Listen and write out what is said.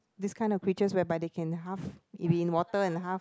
this kind of creatures whereby they can half be in water and half